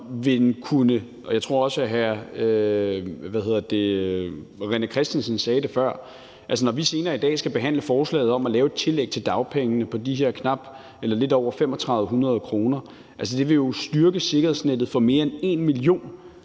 Når vi senere i dag skal behandle forslaget om at lave et tillæg til dagpengene på de her lidt over 3.500 kr., vil det jo styrke sikkerhedsnettet for mere end en million